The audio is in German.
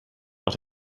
auch